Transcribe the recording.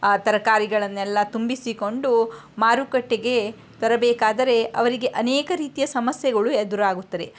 ಆ ತರಕಾರಿಗಳನ್ನೆಲ್ಲಾ ತುಂಬಿಸಿಕೊಂಡು ಮಾರುಕಟ್ಟೆಗೆ ತರಬೇಕಾದರೆ ಅವರಿಗೆ ಅನೇಕ ರೀತಿಯ ಸಮಸ್ಯೆಗಳು ಎದುರಾಗುತ್ತದೆ